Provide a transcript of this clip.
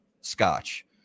Scotch